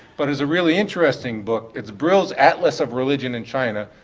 but is a really interesting book. it's brill's atlas of religion in china,